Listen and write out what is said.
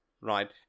right